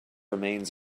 remains